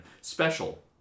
special